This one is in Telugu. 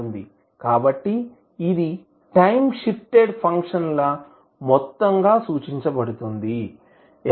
కాబట్టి ఇది టైం షిఫ్టెడ్ ఫంక్షన్ల మొత్తంగా సూచించబడుతుంది ఎలా